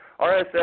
RSS